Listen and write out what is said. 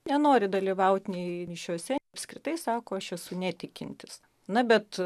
nenori dalyvaut nei mišiose apskritai sako aš esu netikintis na bet